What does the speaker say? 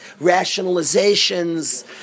rationalizations